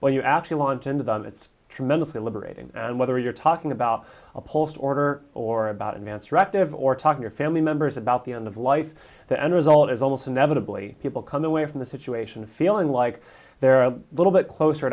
when you actually launched into them it's tremendously liberating and whether you're talking about a post order or about an answer active or talking your family members about the end of life the end result is almost inevitably people come away from the situation feeling like they're a little bit closer